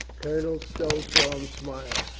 colonel stow saw him smile.